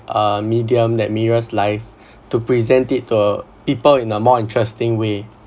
a medium that mirrors life to present it to people in a more interesting way